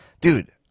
dude